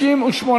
תעשייה,